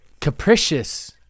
Capricious